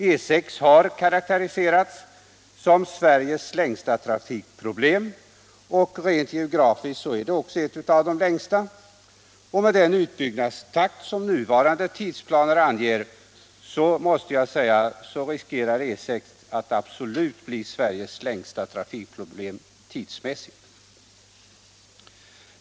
E 6 har karakteriserats som Sveriges längsta trafikproblem, och rent geografiskt är det också ett av de längsta. Med den utbyggnadstakt som nuvarande tidsplaner anger riskerar E 6 att bli Sveriges absolut längsta trafikproblem även tidsmässigt.